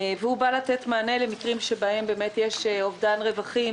והוא בא לתת מענה למקרים שבהם יש אובדן רווחים